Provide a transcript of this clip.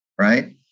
right